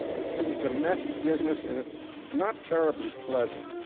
it's it's a messy business and it's not terribly pleasant.